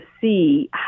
see